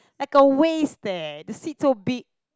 like a waste eh the seed so big